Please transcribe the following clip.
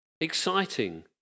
Exciting